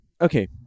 Okay